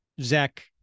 Zach